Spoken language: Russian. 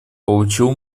получил